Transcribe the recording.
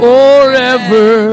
Forever